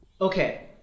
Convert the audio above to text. Okay